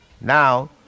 Now